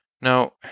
Now